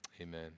Amen